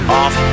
off